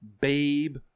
Babe